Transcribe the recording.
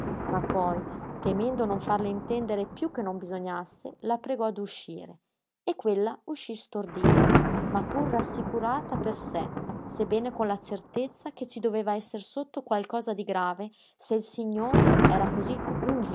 ma poi temendo non farle intendere piú che non bisognasse la pregò d'uscire e quella uscí stordita ma pur rassicurata per sé sebbene con la certezza che ci doveva esser sotto qualcosa di grave se il sighnor era cosí